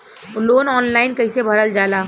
Loan online कइसे भरल जाला?